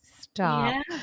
stop